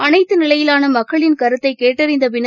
அனைத்துநிலையிலானமக்களின் கருத்தைகேட்டறிந்தபின்னர்